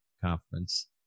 conference